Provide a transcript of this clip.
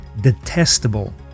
detestable